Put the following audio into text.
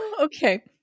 Okay